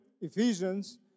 Ephesians